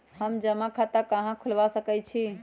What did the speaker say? हम जमा खाता कहां खुलवा सकई छी?